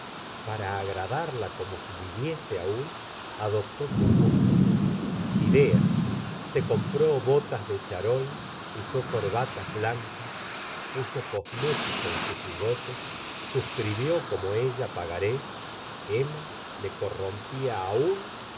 para agradarla como si viviese aún adoptó sus tomo il la se ora de bovary gustavo flaubert gustos sus ideas se compró botas de charol usó corbatas blancas puso cosmético en sus bigotes s scribió como ella pagarés emma le corrompía aun